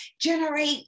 generate